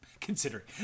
Considering